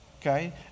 okay